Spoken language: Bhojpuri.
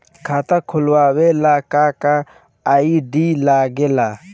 खाता खोलवावे ला का का आई.डी लागेला?